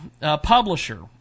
publisher